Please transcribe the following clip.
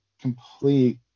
complete